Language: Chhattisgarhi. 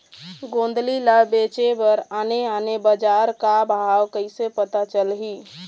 गोंदली ला बेचे बर आने आने बजार का भाव कइसे पता चलही?